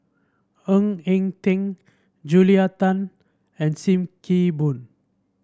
Ng Eng Teng Julia Tan and Sim Kee Boon